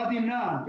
ואדי אל-נעם,